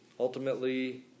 Ultimately